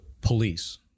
police